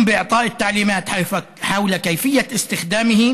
אשר נותנים הוראות קוליות על אופן השימוש בהם,